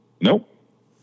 Nope